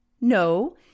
No